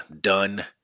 done